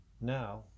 Now